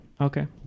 Okay